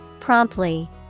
Promptly